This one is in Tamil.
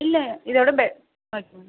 இல்லை இதை விட பெ ஓகே மேடம்